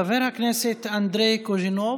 חבר הכנסת אנדרי קוז'ינוב,